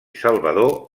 salvador